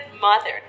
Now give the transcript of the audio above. mother